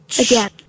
again